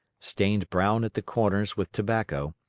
stained brown at the corners with tobacco,